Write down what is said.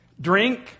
Drink